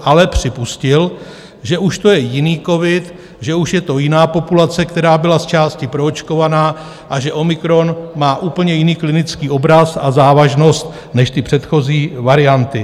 Ale připustil, že už to je jiný covid, že už je to jiná populace, která byla zčásti proočkovaná, a že omikron má úplně jiný klinický obraz a závažnost než ty předchozí varianty.